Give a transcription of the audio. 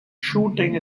shooting